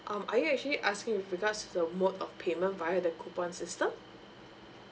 um are you actually asking with regards to the mode of payment via the coupon system